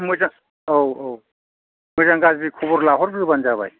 मोजां औ औ मोजां गाज्रि खबर लाहरग्रोबानो जाबाय